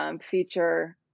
feature